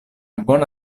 bona